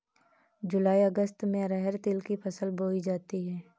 जूलाई अगस्त में अरहर तिल की फसल बोई जाती हैं